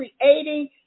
creating